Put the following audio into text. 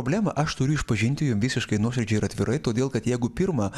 problemą aš turiu išpažinti jum visiškai nuoširdžiai ir atvirai todėl kad jeigu pirma